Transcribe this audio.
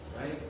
right